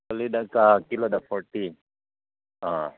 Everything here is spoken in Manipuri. ꯀꯤꯂꯣꯗ ꯐꯣꯔꯇꯤ ꯑꯥ